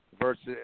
versus –